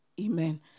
Amen